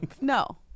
No